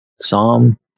Psalm